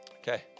Okay